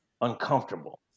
uncomfortable